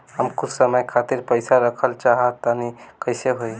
हम कुछ समय खातिर पईसा रखल चाह तानि कइसे होई?